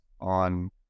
on